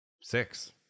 Six